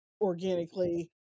organically